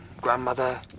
grandmother